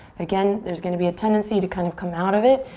again, there's gonna be a tendency to kind of come out of it,